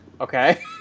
Okay